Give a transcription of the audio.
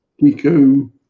Pico